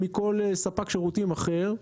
מכל ספק שירותים אחר.